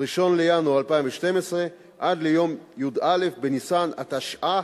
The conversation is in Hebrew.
1 בינואר 2012, עד ליום י"א בניסן התשע"ה,